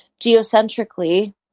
geocentrically